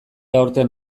aurten